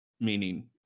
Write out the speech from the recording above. meaning